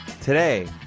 today